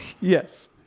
yes